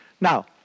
Now